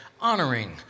honoring